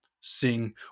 sing